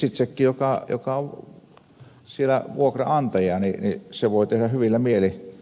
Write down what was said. sitten sekin joka siellä on vuokranantaja voi tehdä sen hyvillä mielin